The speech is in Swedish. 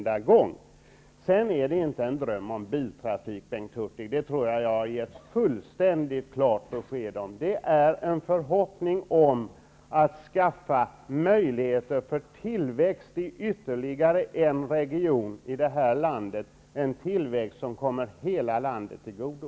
Det är inte någon dröm om biltrafik, Bengt Hurtig. Det tror jag att jag har gett fullständigt klart besked om. Det är en förhoppning om möjligheter för tillväxt i ytterligare en region i detta land, en tillväxt som kommer hela landet till godo.